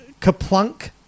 Kaplunk –